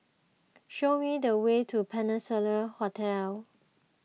show me the way to Peninsula Hotel